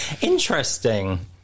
Interesting